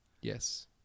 Yes